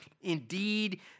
indeed